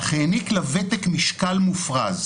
אך העניק לוותק משקל מופרז,